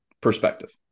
perspective